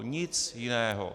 Nic jiného.